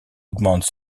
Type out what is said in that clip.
augmente